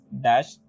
dash